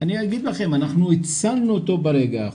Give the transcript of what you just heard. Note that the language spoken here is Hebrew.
אני אגיד לכם, אנחנו הצלנו אותו ברגע האחרון,